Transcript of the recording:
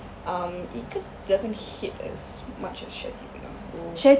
um it just doesn't hit as much as Sharetea punya oo